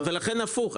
ולכן הפוך.